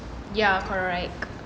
ya correct